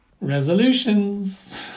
Resolutions